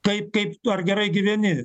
taip kaip tu ar gerai gyveni